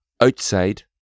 outside